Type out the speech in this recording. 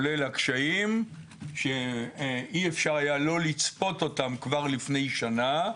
כולל הקשיים שאי-אפשר היה לא לצפות אותם כבר לפני שנה,